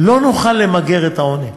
לא נוכל למגר את העוני.